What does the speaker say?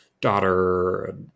daughter